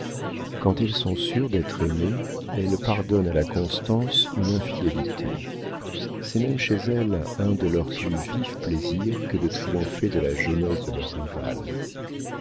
quand elles sont sûres d'être aimées elles pardonnent à la constance une infidélité c'est même chez elles un de leurs plus vifs plaisirs que de triompher de la jeunesse de leurs rivales